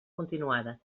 continuada